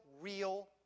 real